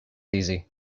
easy